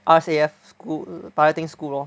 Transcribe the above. R_S_A_F school piloting school lor